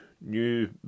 new